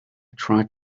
tried